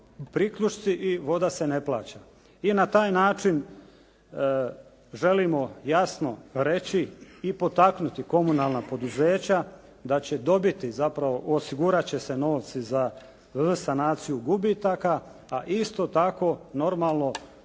priključci i voda se ne plaća i na taj način želimo jasno reći i potaknuti komunalna poduzeća da će dobiti zapravo osigurat će se novci za sanaciju gubitaka a isto tako normalno